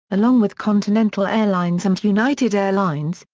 along with continental airlines and united airlines,